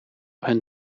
hun